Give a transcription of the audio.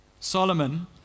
Solomon